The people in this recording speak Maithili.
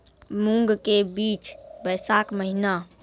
मूंग के बीज बैशाख महीना